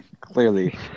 Clearly